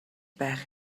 байх